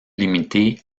limité